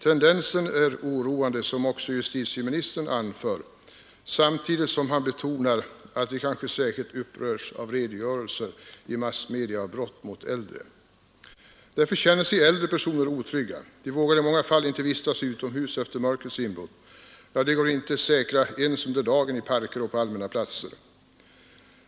Tendensen är oroande, vilket också justitieministern anför, samtidigt som han betonar att vi kanske särskilt upprörs av redogörelser i massmedia av brott mot äldre Därför känner sig äldre personer otrygga. De vågar i många fall inte vistas utomhus efter mörkrets inbrott. Ja, de går inte säkra ens under dagen i parker och på allmänna platser.